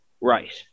Right